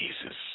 Jesus